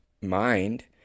mind